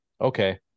okay